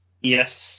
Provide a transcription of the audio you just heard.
Yes